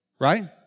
Right